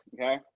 okay